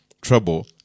trouble